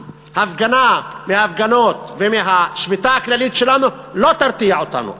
מההפגנות ומהשביתה הכללית שלנו לא תרתיע אותנו.